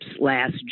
last